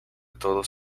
todos